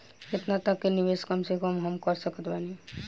केतना तक के निवेश कम से कम मे हम कर सकत बानी?